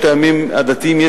טעמים עדתיים,